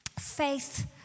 Faith